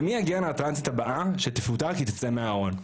ומי יגן על הטרנסית הבאה שתפוטר כי היא תצא מהארון,